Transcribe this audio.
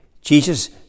jesus